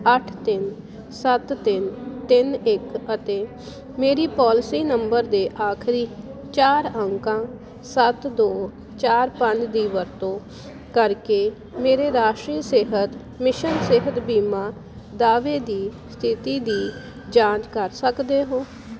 ਅੱਠ ਤਿੰਨ ਸੱਤ ਤਿੰਨ ਤਿੰਨ ਇੱਕ ਅਤੇ ਮੇਰੀ ਪੋਲਿਸੀ ਨੰਬਰ ਦੇ ਆਖਰੀ ਚਾਰ ਅੰਕਾਂ ਸੱਤ ਦੋ ਚਾਰ ਪੰਜ ਦੀ ਵਰਤੋਂ ਕਰਕੇ ਮੇਰੇ ਰਾਸ਼ਟਰੀ ਸਿਹਤ ਮਿਸ਼ਨ ਸਿਹਤ ਬੀਮਾ ਦਾਅਵੇ ਦੀ ਸਥਿਤੀ ਦੀ ਜਾਂਚ ਕਰ ਸਕਦੇ ਹੋ